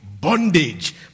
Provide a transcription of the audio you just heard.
bondage